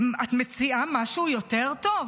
את מציעה משהו יותר טוב?